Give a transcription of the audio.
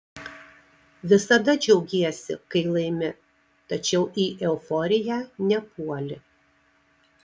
visada džiaugiesi kai laimi tačiau į euforiją nepuoli